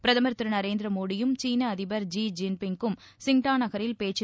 பிரதம் திரு நரேந்திர மோடியும் சீன அதிபர் ஜீ ஜின்பிங்கும் சிங்டா நகரில் பேச்சு